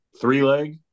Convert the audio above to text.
three-leg